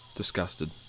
disgusted